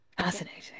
fascinating